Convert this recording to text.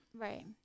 Right